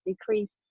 decreased